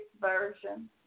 version